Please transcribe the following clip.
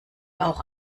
auch